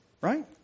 right